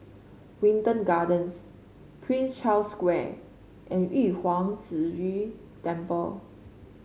Wilton Gardens Prince Charles Square and Yu Huang Zhi Temple